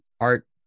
art